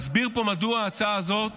הוא מסביר פה מדוע ההצעה הזאת